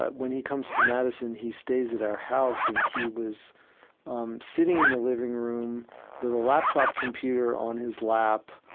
when he comes to madison, he stays at our house. and he was um sitting in the living room with a laptop computer on his lap,